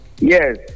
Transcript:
yes